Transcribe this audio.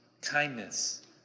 kindness